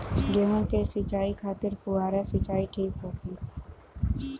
गेहूँ के सिंचाई खातिर फुहारा सिंचाई ठीक होखि?